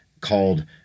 called